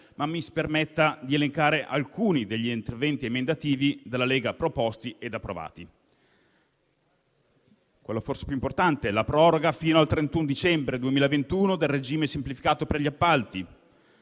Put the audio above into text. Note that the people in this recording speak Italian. Mi si permetta, però, di elencare alcuni degli interventi emendativi dalla Lega proposti e approvati: innanzitutto quello forse più importante, ossia la proroga fino al 31 dicembre 2021 del regime semplificato per gli appalti;